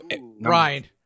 Ryan